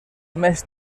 més